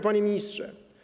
Panie Ministrze!